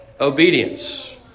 obedience